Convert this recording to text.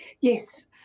Yes